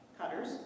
cutters